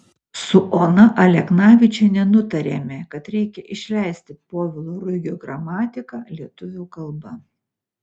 su ona aleknavičiene nutarėme kad reikia išleisti povilo ruigio gramatiką lietuvių kalba